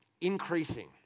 increasing